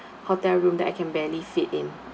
hotel room that I can barely fit in